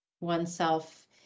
oneself